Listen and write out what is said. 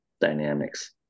dynamics